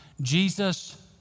Jesus